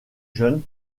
jeune